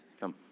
come